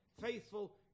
faithful